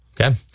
Okay